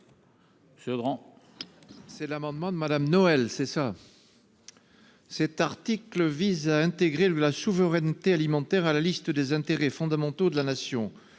C'est l'amendement de Madame, Noël c'est ça. Cet article vise à intégrer le la souveraineté alimentaire à la liste des intérêts fondamentaux de la nation,